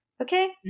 Okay